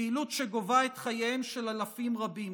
פעילות שגובה את חייהם של אלפים רבים,